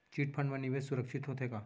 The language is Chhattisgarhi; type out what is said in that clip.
चिट फंड मा निवेश सुरक्षित होथे का?